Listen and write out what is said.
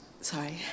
Sorry